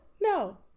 no